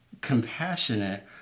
compassionate